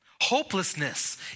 Hopelessness